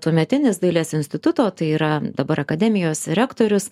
tuometinis dailės instituto tai yra dabar akademijos rektorius